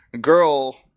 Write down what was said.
Girl